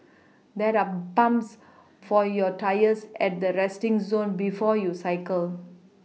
there are pumps for your tyres at the resting zone before you cycle